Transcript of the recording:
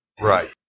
Right